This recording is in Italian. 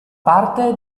parte